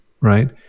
right